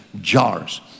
jars